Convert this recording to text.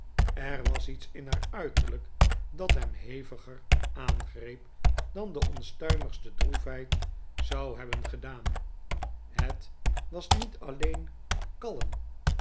er was iets in haar uiterlijk dat hem heviger aangreep dan de onstuimigste droefheid zou hebben gedaan het was niet alleen kalm